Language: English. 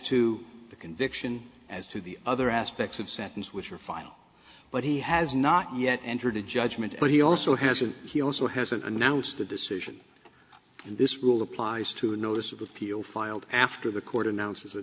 to the conviction as to the other aspects of sentence which are file but he has not yet entered a judgment but he also has and he also has announced a decision in this rule applies to a notice of appeal filed after the court announces a